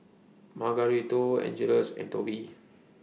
Margarito Angeles and Tobie